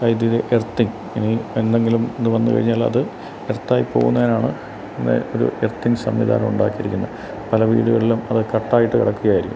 വൈദ്യുതി എയർത്തിങ് ഇനി എന്തെങ്കിലും ഇത് വന്ന് കഴിഞ്ഞാല് അത് എർത്തായി പോകുന്നതിനാണ് ഇങ്ങനെ ഒരു എർത്തിങ് സംവിധാനം ഉണ്ടാക്കിയിരിക്കുന്നത് പല വീടുകളിലും അത് കട്ട് ആയിട്ട് കിടക്കുകയായിരിക്കും